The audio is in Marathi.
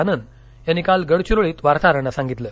आनंद यांनी काल गडधिरोलीत वार्ताहरांना सांगितलं